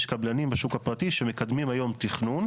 יש קבלנים בשוק הפרטי שמקדמים היום תכנון